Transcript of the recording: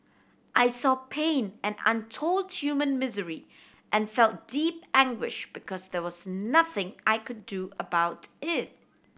I saw pain and untold human misery and felt deep anguish because there was nothing I could do about it